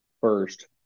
first